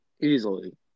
Easily